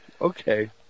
Okay